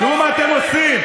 אל תספר סיפורים.